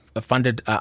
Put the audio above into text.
funded